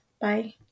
Bye